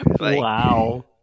Wow